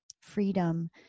freedom